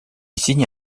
signe